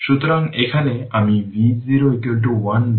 সুতরাং এখানে আমি V0 1 ভোল্ট রেখেছি